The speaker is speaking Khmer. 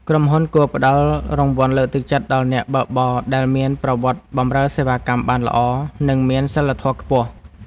ក្រុមហ៊ុនគួរផ្ដល់រង្វាន់លើកទឹកចិត្តដល់អ្នកបើកបរដែលមានប្រវត្តិបម្រើសេវាកម្មបានល្អនិងមានសីលធម៌ខ្ពស់។